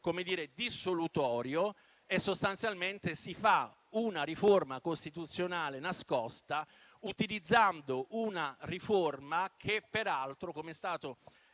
carattere dissolutorio. Sostanzialmente si fa una riforma costituzionale nascosta, utilizzando una riforma che peraltro - come è stato